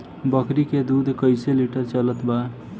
बकरी के दूध कइसे लिटर चलत बा?